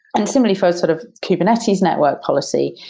and similarly for sort of kubernetes network policy,